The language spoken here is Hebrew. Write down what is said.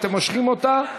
אתם מושכים אותה,